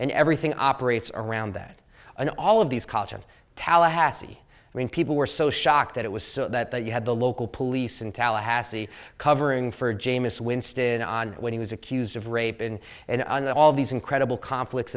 and everything operates around that and all of these college and tallahassee i mean people were so shocked that it was so that that you had the local police in tallahassee covering for jamison winston on when he was accused of raping and all these incredible conflicts